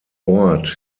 ort